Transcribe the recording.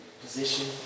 position